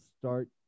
start